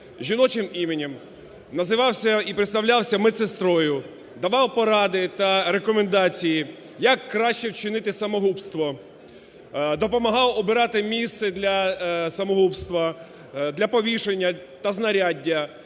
жіночим іменем, називався і представлявся медсестрою, давав поради та рекомендації, як краще вчинити самогубство, допомагав вибирати місце для самогубства, для повішання та знаряддя,